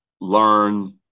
learn